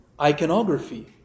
iconography